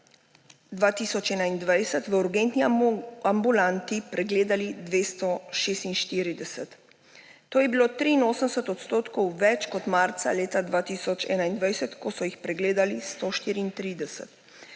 2021 v urgentni ambulanti pregledali 246. To je bilo 83 odstotkov več kot marca leta 2021, ko so jih pregledali 134.